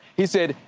he said,